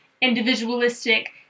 individualistic